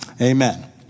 Amen